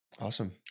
awesome